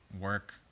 work